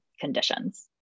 conditions